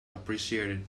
appreciated